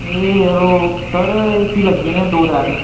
एह् यरो सर इस्सी लगी जाने दो त्रै दिन